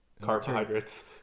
Carbohydrates